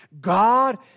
God